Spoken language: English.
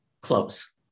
close